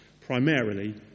primarily